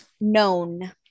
Known